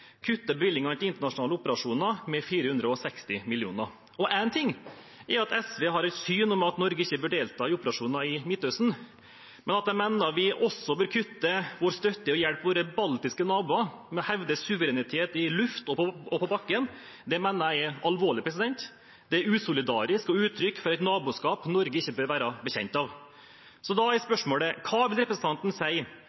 kutte i bevilgningene til internasjonale operasjoner med 460 mill. kr. Én ting er at SVs syn er at Norge ikke bør delta i operasjoner i Midtøsten, men at de mener at vi også bør kutte vår støtte og hjelp til våre baltiske naboer for å hevde suverenitet i luft og på bakken, mener jeg er alvorlig. Det er usolidarisk og uttrykk for et naboskap Norge ikke bør være bekjent av. Da er